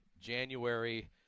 January